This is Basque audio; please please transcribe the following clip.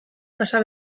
pasa